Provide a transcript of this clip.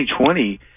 2020